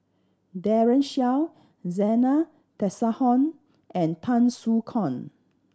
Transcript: Daren Shiau Zena Tessensohn and Tan Soo Khoon